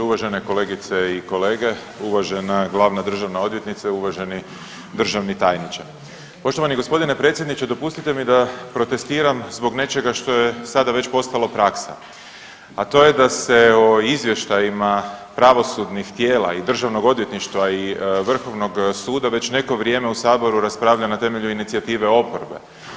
Uvažene kolegice i kolege, uvažena glavna državna odvjetnice, uvaženi državni tajniče, poštovani gospodine predsjedniče dopustite mi da protestiram zbog nečega što je sada već postalo praksa, a to je da se o izvještajima pravosudnih tijela i državnog odvjetništva i Vrhovnog suda već neko vrijeme u saboru raspravlja na temelju inicijative oporbe.